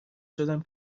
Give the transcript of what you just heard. شدم